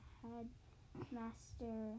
headmaster